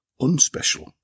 unspecial